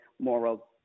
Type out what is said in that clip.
moral